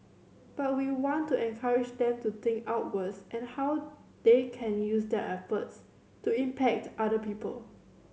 but we want to encourage them to think outwards and how they can use their efforts to impact other people